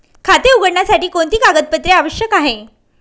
खाते उघडण्यासाठी कोणती कागदपत्रे आवश्यक आहे?